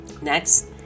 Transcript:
Next